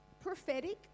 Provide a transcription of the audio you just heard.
prophetic